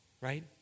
Right